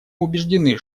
убеждены